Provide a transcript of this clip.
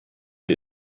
die